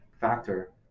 factor